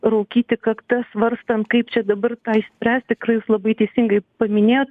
raukyti kakta svarstant kaip čia dabar tą išspręsti tikrai jūs labai teisingai paminėjot